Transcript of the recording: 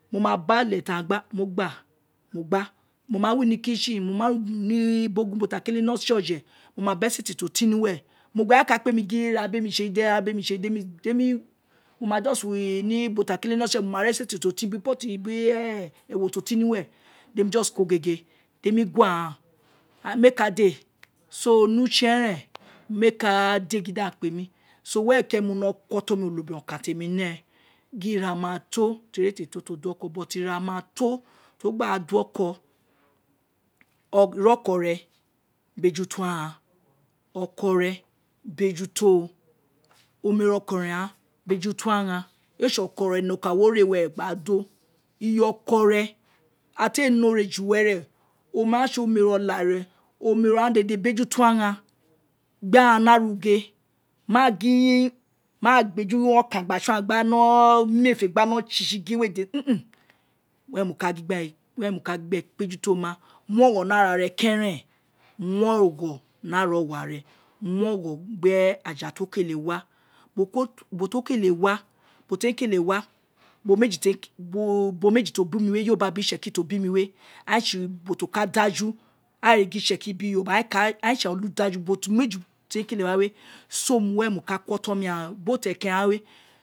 Mo ma ba ále ti a gba mo gbáà mo ma wo, ino kitchen, mama wo ino ubo ti aghan kele mo ṣẹ ojẹ mo ma be esete ti o tin ni uwe aghan ka kpé gin, hea bé mi sé eyi, wa bé mi sé éyi, dé mi mo ma juste wo ino room heé ni uwe ti a keté mo sé oje mo ma ri esete ti o tin biru pot bir biri ewo ti o tin di émi just gue gege, di émi gue aghan and méè ka dé so, nẹ uṣé ẹrẹmi méè ka dé gin di aghan kpé mi, were keren mo wino ko témi, oma onobirem nokan ti émi néè, éè té́ do oko but ira ma to ti won gba do oko, ogua oko bé juto aghan ira ọkọ béjuto ghan, aneré ré ọkọ re. ghanbejuto ghan éè sé ọkọ re nokan wo ré uwee gbáà do, iyé oko re, ira ti éè ne oré ju were i o ma sé oméré olááre, ro, oméro ghan dede bejuto aghan gbé ghan ni arughu máá gin máá gba ehu okan gba son aghan gba no mé fé gba no sisi gin were mo ka gin gbe kpe ju to ma mu ogho ni ara re kerenfo, mu ogho ni ara owa re, mu ogho gbe aya ti wo kelé wa bo tu wo keté wa, ubo ti ei kele wa ubo meji gbano itsekiri ti o bo mi mi wé, itsekiri biri yoruba aghan éé sé oludaju ubo meji ti emi kélé wa wé, so were mo ka ko otọn mi ghan both ẹkẹrẹn ghan wé